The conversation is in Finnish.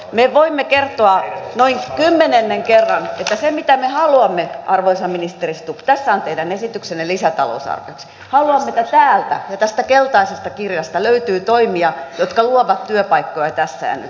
me voimme kertoa noin kymmenennen kerran että se mitä me haluamme arvoisa ministeri stubb tässä on teidän esityksenne lisätalousarvioksi on että täältä ja tästä keltaisesta kirjasta löytyy toimia jotka luovat työpaikkoja tässä ja nyt